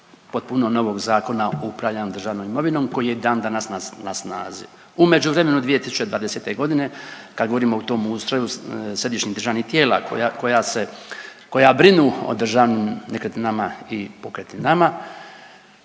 potpuno novog Zakona o upravljanju državnom imovinom koji je i dan dana na snazi. U međuvremenu 2020. godine kad govorimo o tom ustroju središnjih državnih tijela koja, koja se, koja brinu o državnim nekretninama i pokretninama